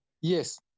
Yes